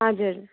हजुर